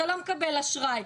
אתה לא מקבל אשראי,